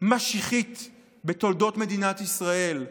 משיחית בתולדות מדינת ישראל.